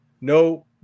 No